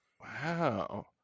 wow